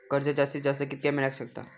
कर्ज जास्तीत जास्त कितक्या मेळाक शकता?